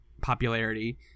popularity